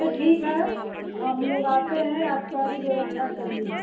तो ठीक है हम लोग आते हैं आप सारी व्यवस्था करिए